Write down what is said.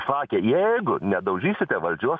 sakė jeigu nedaužysite valdžios